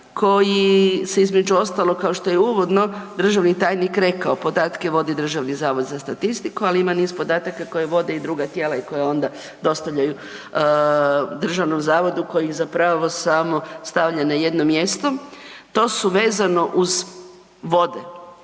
koji se, između ostalog, kao što i uvodno, državni tajnik rekao, podatke vodi DZS, ali ima niz podataka koje vode i druga tijela i koja onda dostavljaju državnom zavodu koji ih zapravo samo stavlja na jedno mjesto. To su vezano uz vode.